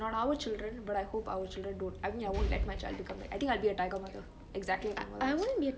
not our children but I hope our children don't I mean I won't let my child become I think I'll be a tiger mother exactly a tiger mother